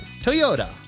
Toyota